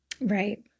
right